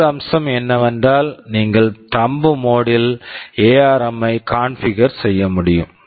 மற்றொரு அம்சம் என்னவென்றால் நீங்கள் தம்ப் மோட் thumb mode ல் எஆர்ம் ARM ஐ காண்பிகுர் configure செய்ய முடியும்